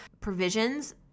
provisions